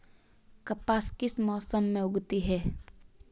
कपास किस मौसम में उगती है?